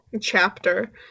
chapter